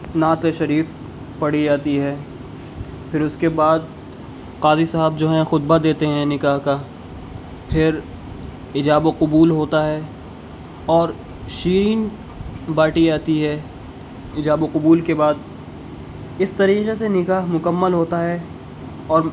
نعت شریف پڑھی جاتی ہے پھر اس کے بعد قاضی صاحب جو ہیں خطبہ دیتے ہیں نکاح کا پھر ایجاب و قبول ہوتا ہے اور شیرین بانٹی جاتی ہے ایجاب و قبول کے بعد اس طریقے سے نکاح مکمل ہوتا ہے اور